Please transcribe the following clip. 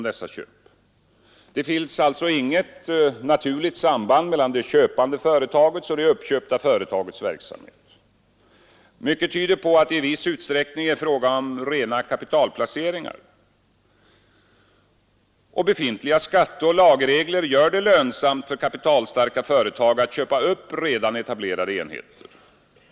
Det finns alltså inget naturligt samband mellan det köpande företagets och det uppköpta företagets verksamhet. Mycket tyder på att det i viss utsträckning är fråga om rena kapitalplaceringar. Befintliga skatteoch lagregler gör det lönsamt för kapitalstarka företag att köpa upp redan etablerade enheter.